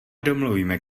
domluvíme